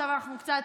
עכשיו אנחנו קצת